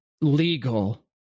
legal